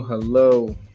Hello